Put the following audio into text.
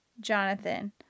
Jonathan